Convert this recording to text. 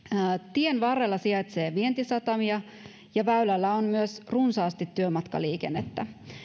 tien varrella sijaitsee vientisatamia ja väylällä on myös runsaasti työmatkaliikennettä